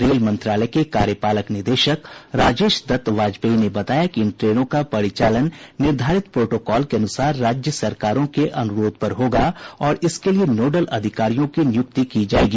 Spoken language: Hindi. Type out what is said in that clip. रेल मंत्रालय के कार्यपालक निदेशक राजेश दत्त वाजपेयी ने बताया कि इन ट्रेनों का परिचालन निर्धारित प्रोटोकॉल के अनुसार राज्य सरकारों के अनुरोध पर होगा और इसके लिए नोडल अधिकारियों की नियुक्ति की जायेगी